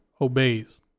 obeys